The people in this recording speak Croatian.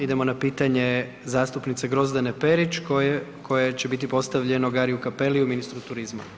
Idemo na pitanje zastupnice Grozdane Perić koje će biti postavljeno Gariu Cappelliu ministru turizma.